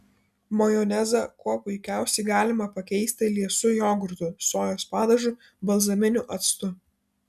majonezą kuo puikiausiai galima pakeisti liesu jogurtu sojos padažu balzaminiu actu